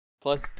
plus